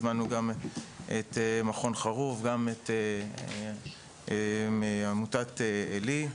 הזמנו גם את מכון חרוב, גם את עמותת אל"י,